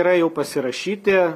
yra jau pasirašyti